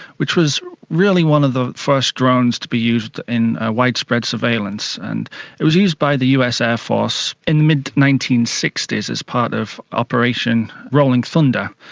which was really one of the first drones to be used in widespread surveillance, and it was used by the us air force in the mid nineteen sixty s as part of operation rolling thunder.